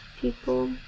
people